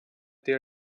their